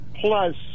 Plus